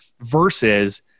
versus